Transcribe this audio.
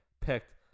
picked